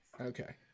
Okay